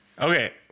Okay